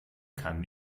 kann